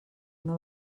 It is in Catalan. una